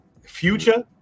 future